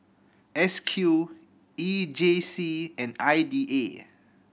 S Q E J C and I D A